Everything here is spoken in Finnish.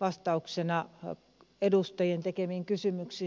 vastauksena edustajien tekemiin kysymyksiin